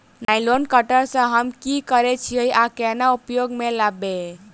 Nylon cutter सँ हम की करै छीयै आ केना उपयोग म लाबबै?